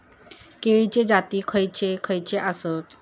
केळीचे जाती खयचे खयचे आसत?